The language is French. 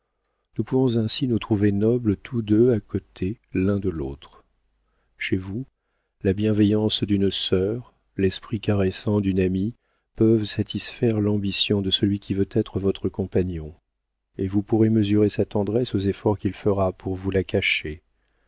nous pouvons ainsi nous trouver nobles tous deux à côté l'un de l'autre chez vous la bienveillance d'une sœur l'esprit caressant d'une amie peuvent satisfaire l'ambition de celui qui veut être votre compagnon et vous pourrez mesurer sa tendresse aux efforts qu'il fera pour vous la cacher